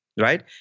Right